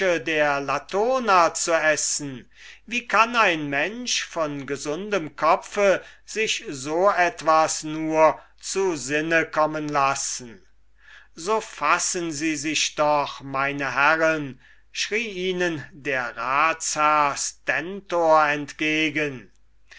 der latona zu essen wie kann ein mensch von gesundem kopfe sich so etwas nur zu sinne kommen lassen so fassen sie sich doch meine herren schrie ihnen der ratsherr stentor entgegen